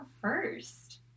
first